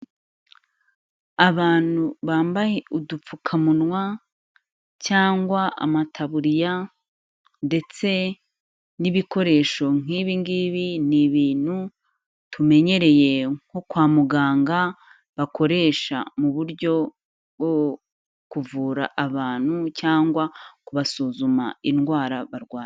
Abantu bambaye udupfukamunwa cyangwa amataburiya ndetse n'ibikoresho nk'ibingibi ni ibintu tumenyereye nko kwa muganga bakoresha mu buryo bwo kuvura abantu cyangwa kubasuzuma indwara barwaye.